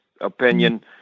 opinion